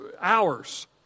hours